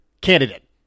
candidate